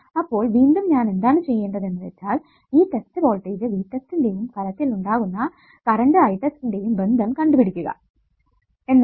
അപ്പോൾ വീണ്ടും ഞാൻ എന്താണ് ചെയ്യേണ്ടത് എന്ന് വെച്ചാൽ ഈ ടെസ്റ്റ് വോൾടേജ് V test ന്റെയും ഫലത്തിൽ ഉണ്ടാകുന്ന കറണ്ട് I test ന്റെയും ബന്ധം കണ്ടുപിടിക്കുക എന്നാണ്